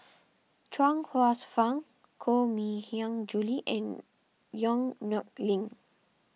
Chuang Hsueh Fang Koh Mui Hiang Julie and Yong Nyuk Lin